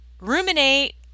ruminate